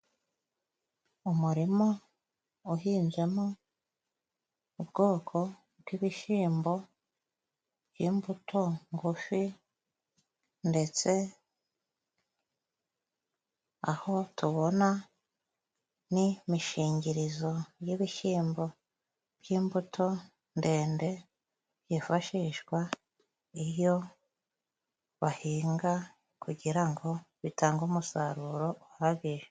Umurima uhinzemo ubwoko bw'ibishimbo bw'imbuto ngufi ndetse aho tubona n'imishingirizo y'ibishimbo by'imbuto ndende byifashishwa iyo bahinga kugira ngo bitange umusaruro uhagije.